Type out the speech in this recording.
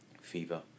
fever